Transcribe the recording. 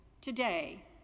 today